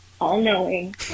all-knowing